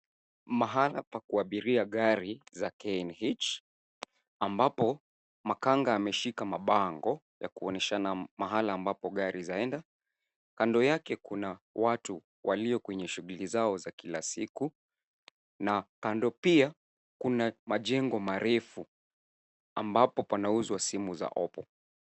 Mahala pa kuabiria gari za KNH ambapo makanga yameshika mabango ya kuonyeshana mahala ambapo gari zaenda. Kando yake kuna watu walio kwenye shughuli zao za kila siku na kando pia, kuna majengo marefu ambapo panauzwa simu za Oppo.